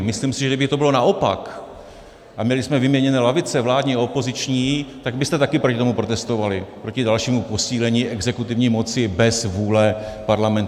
Myslím si, že kdyby to bylo naopak a měli jsme vyměněné lavice, vládní a opoziční, tak byste taky proti tomu protestovali, proti dalšímu posílení exekutivní moci bez vůle parlamentu.